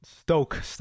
Stoke